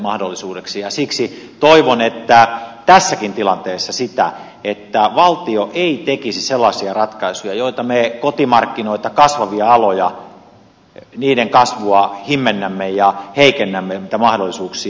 siksi toivon tässäkin tilanteessa sitä että valtio ei tekisi sellaisia ratkaisuja joilla me kotimarkkinoita kasvavia aloja niiden kasvua himmennämme ja heikennämme niitä mahdollisuuksia